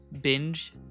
binge